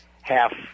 half